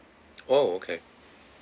oh okay